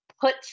put